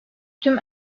tüm